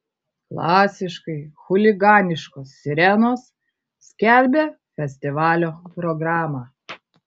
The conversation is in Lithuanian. klasiškai chuliganiškos sirenos skelbia festivalio programą